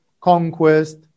conquest